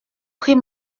pris